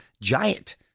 Giant